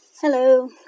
Hello